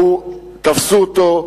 תפסו אותו,